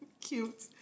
cute